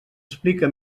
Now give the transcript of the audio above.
explica